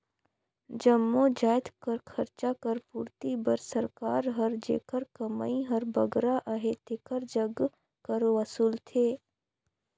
जम्मो जाएत कर खरचा कर पूरती बर सरकार हर जेकर कमई हर बगरा अहे तेकर जग कर वसूलथे